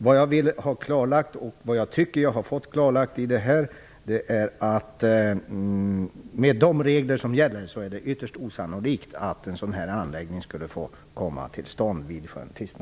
Vad jag ville ha klarlagt och vad jag tycker att jag nu har fått klarlagt är att det med de regler som gäller är ytterst osannolikt att en sådan här anläggning skulle få komma till stånd vid sjön